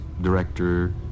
director